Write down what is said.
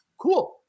Cool